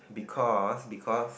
because because